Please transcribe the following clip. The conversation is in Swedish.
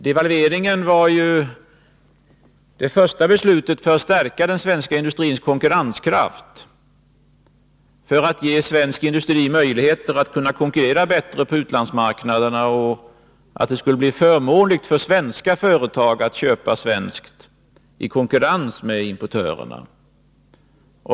Devalveringen var det första beslutet för att stärka den svenska industrins konkurrenskraft, för att ge svensk industri möjligheter att konkurrera bättre på utlandsmarknaderna och göra det förmånligt för svenska företag att köpa svenskt i konkurrens med importörerna.